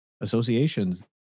associations